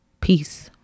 Peace